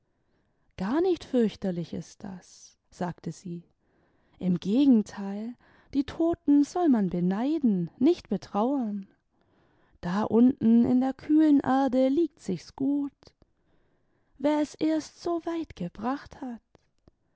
gar nicht fürchterlich ist das sagte sie im gegenteil die toten soll man beneiden nicht betrauern da unten in der kühlen erde liegt sich s gut wer es erst so weit gebracht hat